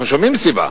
אנחנו שומעים סיבה.